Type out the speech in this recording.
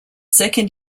second